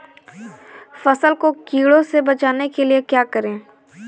फसल को कीड़ों से बचाने के लिए क्या करें?